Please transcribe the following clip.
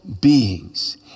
beings